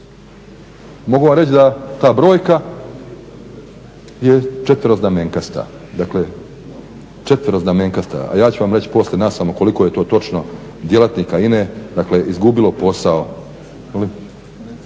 Mogu vam reći da ta brojka je 4-znamenkasta. A ja ću vam reći poslije nasamo koliko je to točno djelatnika INA-e dakle izgubilo posao